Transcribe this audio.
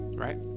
right